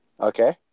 Okay